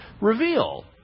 Reveal